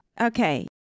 Okay